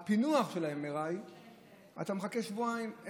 אבל לפענוח של ה-MRI אתה מחכה שבועיים.